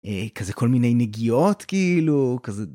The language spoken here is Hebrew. כזה כל מיני נגיעות כאילו כזה.